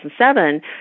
2007